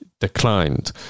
declined